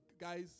Guys